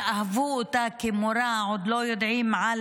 שאהבו אותה כמורה ועוד לא יודעים על